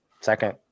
second